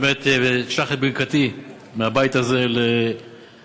באמת אשלח את ברכתי מהבית הזה לאנשי